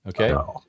okay